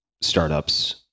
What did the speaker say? startups